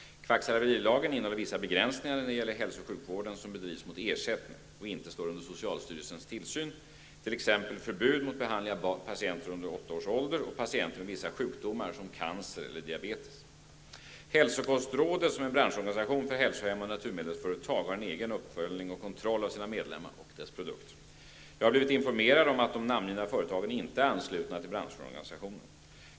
Kvacksalverilagen innehåller vissa begränsningar när det gäller hälso och sjukvård som bedrivs mot ersättning och inte står under socialstyrelsens tillsyn, t.ex. förbud mot behandling av patienter under åtta års ålder och patienter med vissa sjukdomar som cancer eller diabetes. Hälsokostrådet, som är en branschorganisation för hälsohem och naturmedelsföretag, har en egen uppföljning och kontroll av sina medlemmar och deras produkter. Jag har blivit informerad om att de namngivna företagen inte är anslutna till branschorganisationen.